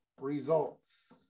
results